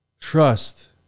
trust